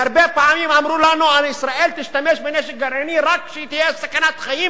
הרבה פעמים אמרו לנו: ישראל תשתמש בנשק גרעיני רק כאשר תהיה סכנת חיים